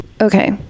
okay